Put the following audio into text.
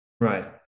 right